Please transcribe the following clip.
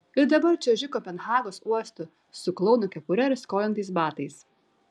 ir dabar čiuožiu kopenhagos uostu su klouno kepure ir skolintais batais